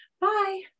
bye